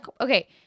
Okay